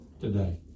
today